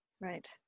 Right